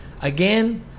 Again